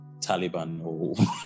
Taliban